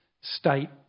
state